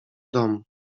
dom